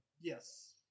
yes